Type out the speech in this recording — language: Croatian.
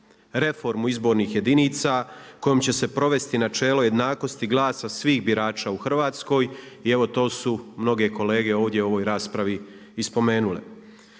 reformu izbornih jedinica kojom će se provesti načelo jednakosti glasa svih birača u Hrvatskoj i evo to su mnoge kolege ovdje u ovoj raspravi i spomenule.